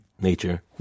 nature